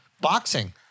boxing